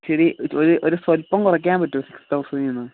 ശരി ഒരു സ്വൽപ്പം കുറക്കാൻ പറ്റോ സിക്സ് തൗസൻഡിന്ന്